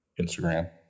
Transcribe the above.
Instagram